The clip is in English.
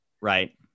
Right